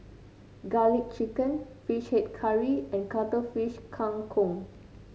garlic chicken fish head curry and Cuttlefish Kang Kong